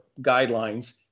guidelines